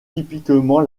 typiquement